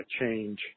change –